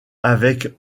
avec